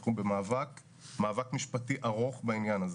אנחנו במאבק משפטי ארוך בעניין הזה.